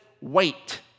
wait